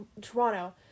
Toronto